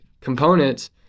components